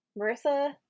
Marissa